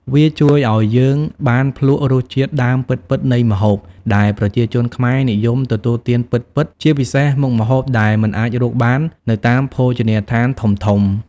វាជួយឱ្យយើងបានភ្លក្សរសជាតិដើមពិតៗនៃម្ហូប ដែលប្រជាជនខ្មែរនិយមទទួលទានពិតៗ ជាពិសេសមុខម្ហូបដែលមិនអាចរកបាននៅតាមភោជនីយដ្ឋានធំៗ ។